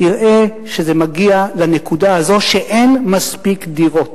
יראה שזה מגיע לנקודה הזאת, שאין מספיק דירות.